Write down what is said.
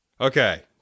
Okay